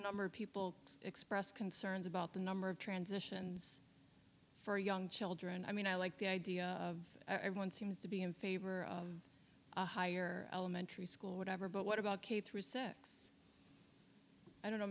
number of people express concerns about the number of transitions for young children i mean i like the idea of everyone seems to be in favor of a higher elementary school whatever but what about k through six i don't know